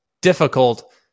difficult